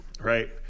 right